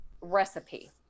recipe